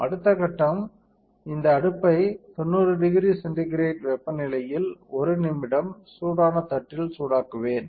அடுத்த கட்டம் இந்த அடுப்பை 900 சி வெப்பநிலையில் 1 நிமிடம் சூடான தட்டில் சூடாக்குவேன்